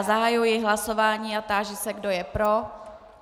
Zahajuji hlasování a táži se, kdo je pro.